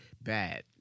Bad